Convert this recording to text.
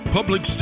Public